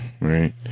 right